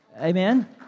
amen